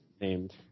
named